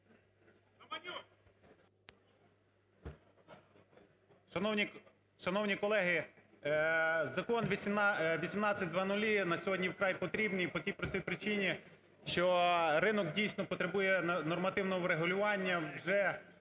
Шановні колеги, закон 1800 на сьогодні вкрай потрібний по тій простій причині, що ринок дійсно потребує нормативного врегулювання. Вже